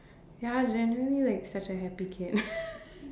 ya I'm generally like such a happy kid